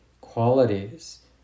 qualities